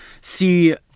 see